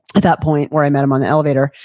at that point where i met him on the elevator.